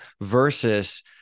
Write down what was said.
versus